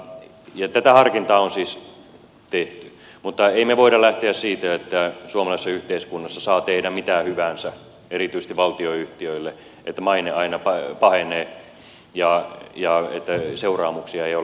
tätä harkintaa on siis tehty mutta emme me voi lähteä siitä että suomalaisessa yhteiskunnassa saa tehdä mitä hyvänsä erityisesti valtionyhtiöille että maine aina pahenee ja että seuraamuksia ei ole